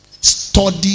Study